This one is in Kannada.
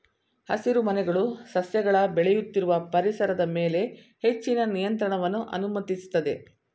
ಹಸಿರುಮನೆಗಳು ಸಸ್ಯಗಳ ಬೆಳೆಯುತ್ತಿರುವ ಪರಿಸರದ ಮೇಲೆ ಹೆಚ್ಚಿನ ನಿಯಂತ್ರಣವನ್ನು ಅನುಮತಿಸ್ತದೆ